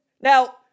Now